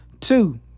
Two